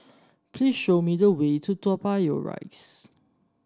please show me the way to Toa Payoh Rise